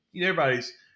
everybody's